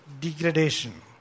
degradation